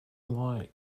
like